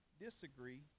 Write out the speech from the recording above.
disagree